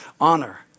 honor